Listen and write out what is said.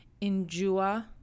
endure